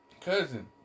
cousin